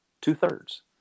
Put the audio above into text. Two-thirds